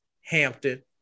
hampton